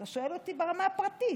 אתה שואל אותי ברמה הפרטית,